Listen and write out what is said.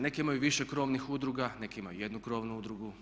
Neke imaju više krovnih udruga, neke imaju jednu krovnu udrugu.